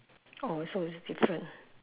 oh so is different